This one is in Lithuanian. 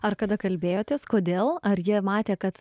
ar kada kalbėjotės kodėl ar jie matė kad